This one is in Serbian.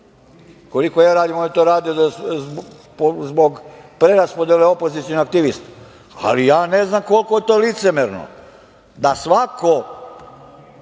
Koliko znam, oni to rade zbog preraspodele opozicionih aktivista. Ali, ja ne znam koliko je to licemerno da svako